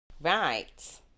right